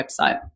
website